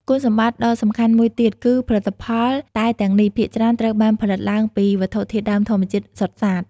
គុណសម្បត្តិដ៏សំខាន់មួយទៀតគឺផលិតផលតែទាំងនេះភាគច្រើនត្រូវបានផលិតឡើងពី វត្ថុធាតុដើមធម្មជាតិសុទ្ធសាធ ។